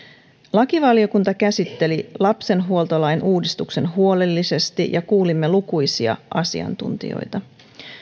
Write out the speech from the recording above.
lakivaliokunta käsitteli lapsenhuoltolain uudistuksen huolellisesti ja kuulimme lukuisia asiantuntijoita